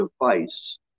device